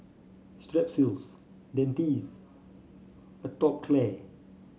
Strepsils Dentiste Atopiclair